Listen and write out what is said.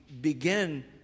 begin